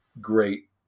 great